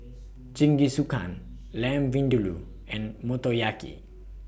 Jingisukan Lamb Vindaloo and Motoyaki